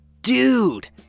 Dude